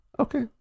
Okay